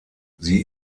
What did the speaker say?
sie